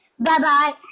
Bye-bye